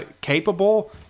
capable